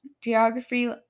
geography